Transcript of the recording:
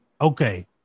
Okay